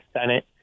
Senate